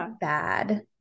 bad